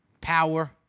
power